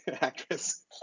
actress